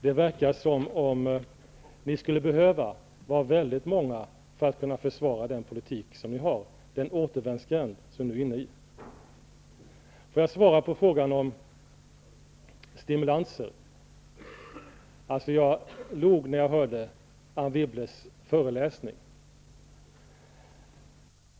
Det verkar som om ni skulle behöva vara väldigt många för att kunna försvara den politik som ni har och den återvändsgränd som ni nu är inne i. Låt mig svara på frågan om stimulanser. Jag log när jag hörde Anne Wibbles föreläsning.